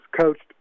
coached